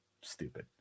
stupid